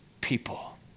people